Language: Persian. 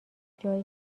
جایی